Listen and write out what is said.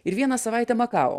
ir vieną savaitę makao